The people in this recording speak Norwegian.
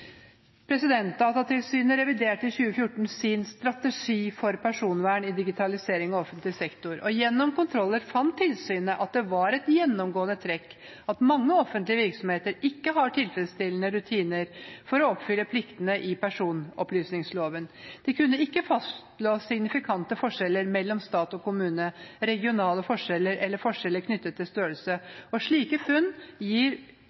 reviderte i 2014 sin «Strategi for personvern i digitalisering av offentlig sektor». Gjennom kontroller fant tilsynet at det var et gjennomgående trekk at mange offentlige virksomheter ikke har tilfredsstillende rutiner for å oppfylle pliktene i personopplysningsloven. De kunne ikke fastslå signifikante forskjeller mellom stat og kommune, regionale forskjeller eller forskjeller knyttet til størrelse. Slike funn gir